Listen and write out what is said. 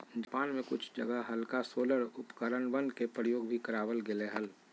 Japan में कुछ जगह हल्का सोलर उपकरणवन के प्रयोग भी करावल गेले हल